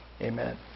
Amen